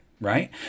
Right